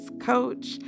coach